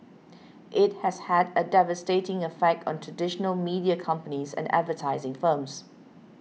it has had a devastating effect on traditional media companies and advertising firms